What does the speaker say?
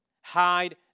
hide